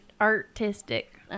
artistic